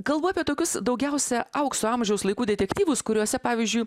kalbu apie tokius daugiausia aukso amžiaus laikų detektyvus kuriuose pavyzdžiui